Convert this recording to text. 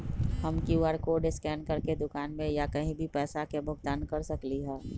हम QR code scan करके दुकान में या कहीं भी पैसा के भुगतान कर सकली ह?